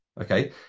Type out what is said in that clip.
Okay